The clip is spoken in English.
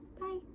Bye